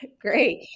great